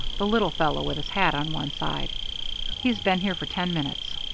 the little fellow with his hat on one side he's been here for ten minutes.